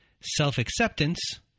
self-acceptance